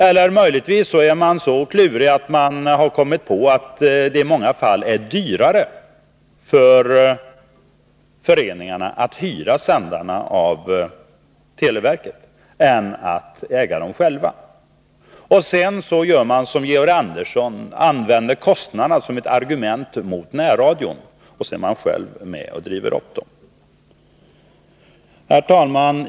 Eller man är möjligen så klurig att man, om man kommer fram till att det i många fall är dyrare för föreningarna att hyra sändarna av televerket än att föreningarna själva äger dem, gör som Georg Andersson och använder kostnaderna som ett argument mot närradion. Sedan är man själv med och driver upp kostnaderna. Herr talman!